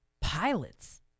pilot's